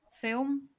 film